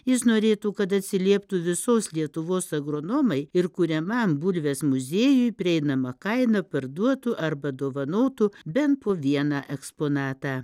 jis norėtų kad atsilieptų visos lietuvos agronomai ir kuriamam bulvės muziejui prieinamą kaina perduotų arba dovanotų bent po vieną eksponatą